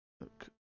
Look